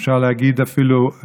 אפשר להגיד אפילו,